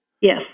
Yes